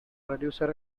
producer